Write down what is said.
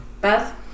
Beth